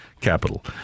capital